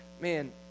man